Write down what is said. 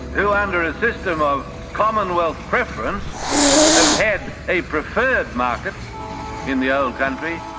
who under a system of commonwealth preference have had a preferred market in the old country,